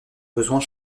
besoins